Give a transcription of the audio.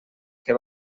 que